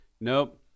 Nope